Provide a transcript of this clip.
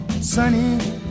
Sunny